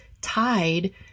tied